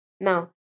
now